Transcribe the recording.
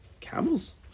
Camels